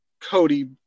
Cody